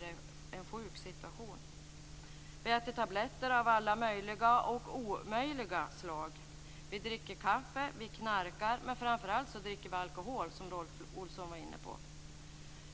det en sjuk situation. Vi äter tabletter av alla möjliga och omöjliga slag. Vi dricker kaffe, och vi knarkar. Men framför allt dricker vi alkohol - som även Rolf Olsson var inne på.